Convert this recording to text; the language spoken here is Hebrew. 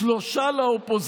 תודה רבה.